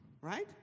right